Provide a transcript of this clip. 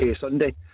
Sunday